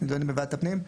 יידונו בוועדת הפנים.